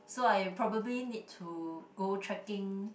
so I probably need to go tracking